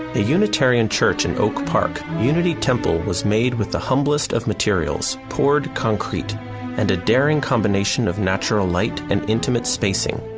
a unitarian church in oak park, unity temple, was made with the humblest of materials, poured concrete and a daring combination of natural light and intimate spacing,